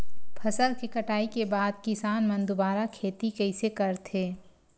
फसल के कटाई के बाद किसान मन दुबारा खेती कइसे करथे?